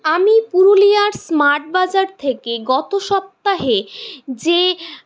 আমি পুরুলিয়ার স্মার্ট বাজার থেকে গত সপ্তাহে যে